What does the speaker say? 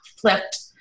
flipped